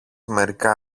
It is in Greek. μερικά